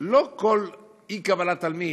לא כל אי-קבלת תלמיד,